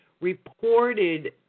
reported